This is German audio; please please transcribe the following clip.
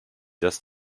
das